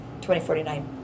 2049